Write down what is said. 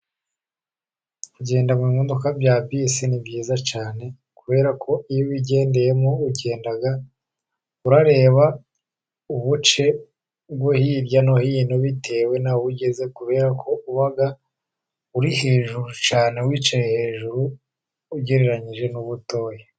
Kugenda mu bimodoka bya bisi ni byiza cyane, kubera ko iyo ubigendeyemo ugenda ureba ubuce bwo hirya no hino bitewe n'aho ugeze, kubera ko uba uri hejuru cyane, wicaye hejuru, ugereranije n'ubutoya.